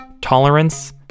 tolerance